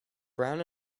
brown